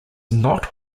not